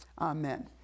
Amen